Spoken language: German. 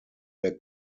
der